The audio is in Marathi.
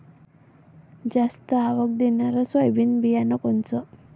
जास्त आवक देणनरं सोयाबीन बियानं कोनचं?